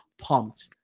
pumped